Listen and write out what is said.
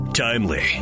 Timely